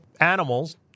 animals